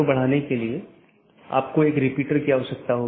तो यह network layer reachability की जानकारी है